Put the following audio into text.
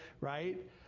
right